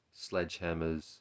sledgehammers